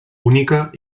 única